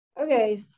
okay